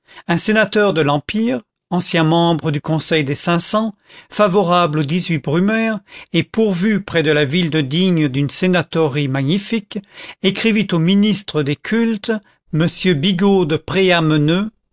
un sénateur de l'empire ancien membre du conseil des cinq cents favorable au dix-huit brumaire et pourvu près de la ville de digne d'une sénatorerie magnifique écrivit au ministre des cultes m bigot de préameneu